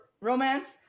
romance